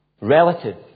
Relative